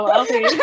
okay